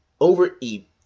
overeat